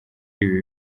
ibi